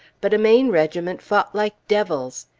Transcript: but a maine regiment fought like devils.